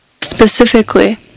Specifically